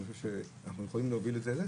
אני חושב שאנחנו יכולים להוביל את זה,